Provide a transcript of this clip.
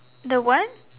the what